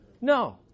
No